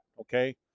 okay